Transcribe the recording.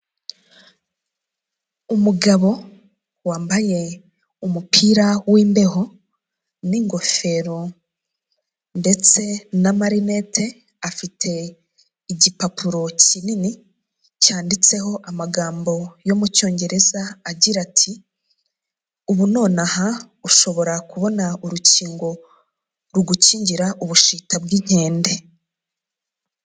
Umugabo wambaye umupira w'imbeho, n'ingofero, ndetse n'amarinete, afite igipapuro kinini, cyanditseho amagambo yo mu cyongereza agira ati; ubu nonaha ushobora kubona urukingo rugukingira ubushita bw'inkende.